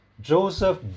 Joseph